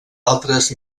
altres